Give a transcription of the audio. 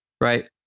Right